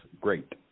great